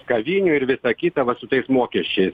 kavinių ir visa kita va su tais mokesčiais